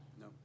No